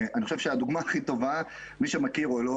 אני חושב שהדוגמה הכי טובה מי שמכיר או לא